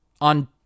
on